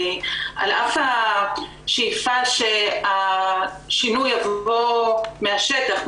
על אף השאיפה שהשינוי הזה יבוא מהשטח,